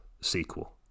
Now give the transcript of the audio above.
sequel